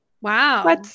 Wow